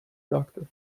doctor